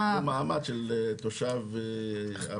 קיבלו מעמד של תושב ארעי.